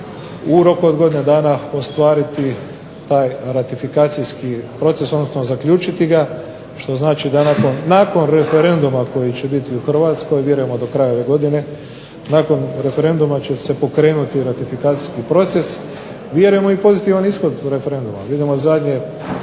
u roku od godine dana ostvariti taj ratifikacijski proces, odnosno zaključiti ga što znači da nakon referenduma koji će biti u Hrvatskoj vjerujemo do kraja ove godine, nakon referenduma će se pokrenuti ratifikacijski proces. Vjerujemo i pozitivan ishod referenduma.